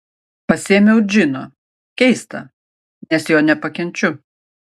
pasiėmiau džino keista nes jo nepakenčiu